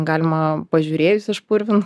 galima pažiūrėjus išpurvint